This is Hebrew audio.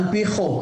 על פי חוק.